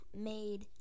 made